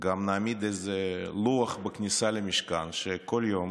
גם נעמיד איזה לוח בכניסה למשכן שבו בכל יום